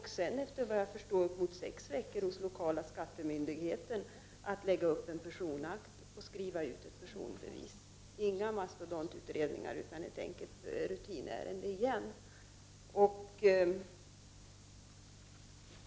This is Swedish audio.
Sedan tog det sex veckor hos den lokala skattemyndigheten att lägga upp en personakt och skriva ut ett personbevis — ingen mastodontutredning, utan ett enkelt rutinärende.